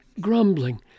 grumbling